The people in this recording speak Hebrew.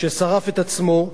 ששרף את עצמו,